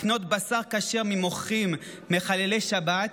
הוא התיר לקנות בשר כשר ממוכרים מחללי שבת,